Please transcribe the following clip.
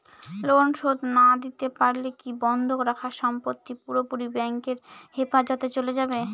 Loan শোধ না দিতে পারলে কি বন্ধক রাখা সম্পত্তি পুরোপুরি ব্যাংকের হেফাজতে চলে যাবে?